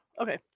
Okay